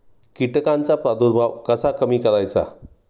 कीटकांचा प्रादुर्भाव कसा कमी करायचा?